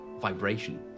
vibration